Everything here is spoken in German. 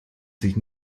sich